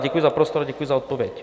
Děkuji za prostor a děkuji za odpověď.